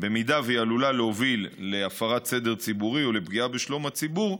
אם היא עלולה להוביל להפרת סדר ציבורי או לפגיעה בשלום הציבור,